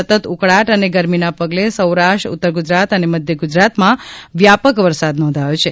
સતત ઉકળાટ અને ગરમીના પગલે સૌરાષ્ટ્ર ઉત્તર ગુજરાત અને મધ્યગુજરાતમાં વ્યાપક વરસાદ નોંધાયો છે